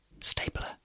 stapler